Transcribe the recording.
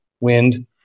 wind